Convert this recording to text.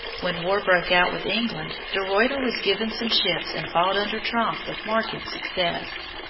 when war broke out with england, de ruyter was given some ships and fought under tromp with marked success.